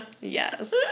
yes